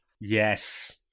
Yes